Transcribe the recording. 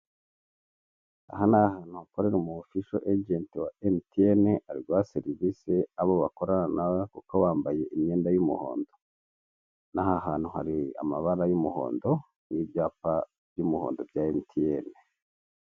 Aha ni ahantu hakorera umu ofisho ejenti wa emutiyene, ari guha serivise abo bakorana, kuko bambaye imyenda y'umuhondo. N'aha hantu hari amabara y'umuhondo, n'ibyapa by'umuhondo bya emutiyene.